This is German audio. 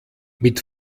mit